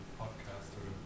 podcaster